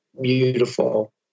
beautiful